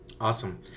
Awesome